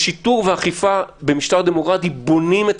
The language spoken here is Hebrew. שיטור ואכיפה במשטר דמוקרטי בונים את